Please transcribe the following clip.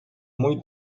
muy